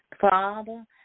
Father